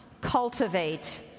cultivate